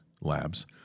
labs